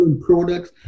products